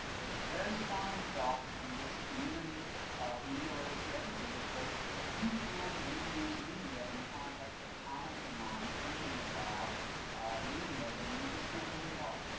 is very strongly felt and in this community of media literacy educators that if you can't reuse media in the context of commenting on, thinking about media, then you just can't do it at all.